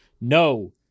no